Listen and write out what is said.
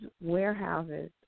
warehouses